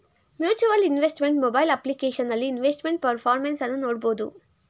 mutual investment mobile ಅಪ್ಲಿಕೇಶನಲ್ಲಿ investment performance ಅನ್ನು ನೋಡ್ಬೋದು